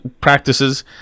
practices